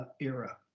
era